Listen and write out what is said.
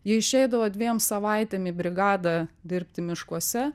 ji išeidavo dviem savaitėm į brigadą dirbti miškuose